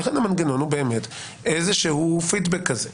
לכן המנגנון הוא באמת איזשהו פידבק כזה.